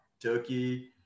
Turkey